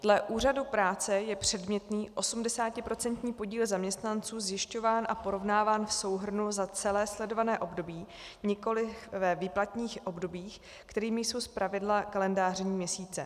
Dle úřadu práce je předmětný 80% podíl zaměstnanců zjišťován a porovnáván v souhrnu za celé sledované období, nikoliv ve výplatních obdobích, kterými jsou zpravidla kalendářní měsíce.